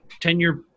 tenure